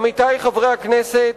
עמיתי חברי הכנסת,